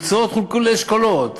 מקצועות חולקו לאשכולות,